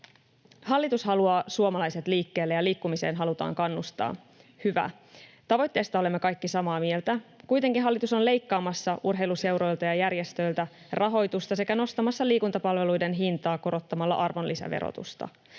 Hallitus haluaa suomalaiset liikkeelle ja liikkumiseen halutaan kannustaa — hyvä. Tavoitteesta olemme kaikki samaa mieltä. Kuitenkin hallitus on leikkaamassa urheiluseuroilta ja ‑järjestöiltä rahoitusta sekä nostamassa liikuntapalveluiden hintaa korottamalla arvonlisäverotusta.